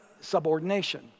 subordination